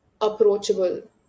approachable